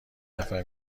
نفر